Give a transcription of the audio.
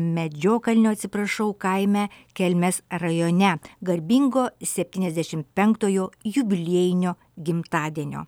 medžiokalnio atsiprašau kaime kelmės rajone garbingo septyniasdešim penktojo jubiliejinio gimtadienio